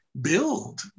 build